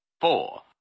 four